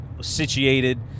situated